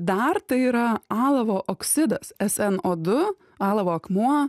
dar tai yra alavo oksidas sn o du alavo akmuo